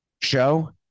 show